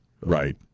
Right